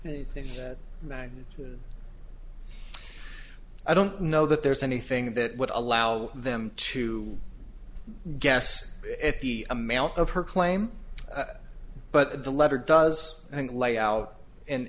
anything that magnitude i don't know that there's anything that would allow them to guess at the amount of her claim but the letter does and layout and